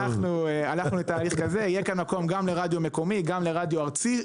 יהיה גם מקום לרדיו מקומי, גם לרדיו ארצי מסחרי.